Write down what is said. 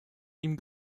ihm